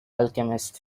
alchemist